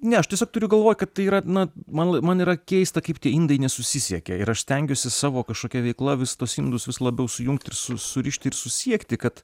ne aš tiesiog turiu galvoj kad tai yra na man man yra keista kaip tie indai nesusisiekia ir aš stengiuosi savo kažkokia veikla vis tuos indus vis labiau sujungti su surišti ir susiekti kad